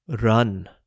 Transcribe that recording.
Run